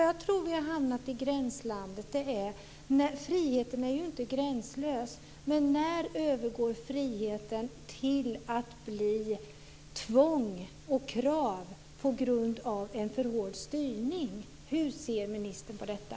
Jag tror att vi har hamnat i gränslandet. Friheten är inte gränslös. Men när övergår friheten till att bli tvång och krav, på grund av en för hård styrning? Hur ser ministern på detta?